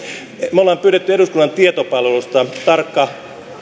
me olemme pyytäneet eduskunnan tietopalvelusta tarkan